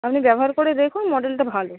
আপনি ব্যবহার করে দেখুন মডেলটা ভালো